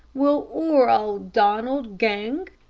will oor auld donald gang?